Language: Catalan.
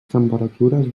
temperatures